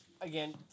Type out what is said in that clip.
again